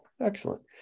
excellent